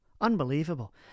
Unbelievable